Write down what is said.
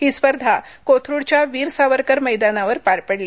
ही स्पर्धा कोथरुडच्या वीर सावरकर मैदानावर पार पडली